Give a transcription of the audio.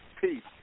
peace